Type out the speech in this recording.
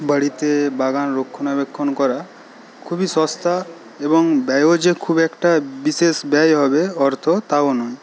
বাড়িতে বাগান রক্ষণাবেক্ষণ করা খুবই সস্তা এবং ব্যয়ও যে খুব একটা বিশেষ ব্যয় হবে অর্থ তাও নয়